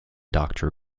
doctor